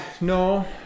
no